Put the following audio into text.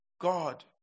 God